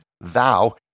thou